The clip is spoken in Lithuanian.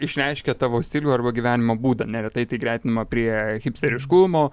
išreiškia tavo stilių arba gyvenimo būdą neretai tai gretinama prie hipsteriškumo